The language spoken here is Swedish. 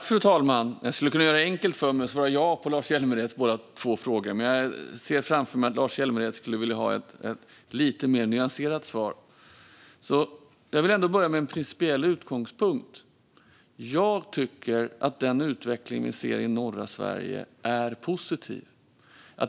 Fru talman! Jag skulle kunna göra det enkelt för mig och svara ja på Lars Hjälmereds båda frågor, men jag ser framför mig att Lars Hjälmered skulle vilja ha ett lite mer nyanserat svar. Jag vill ändå börja med en principiell utgångspunkt. Jag tycker att den utveckling vi ser i norra Sverige är positiv.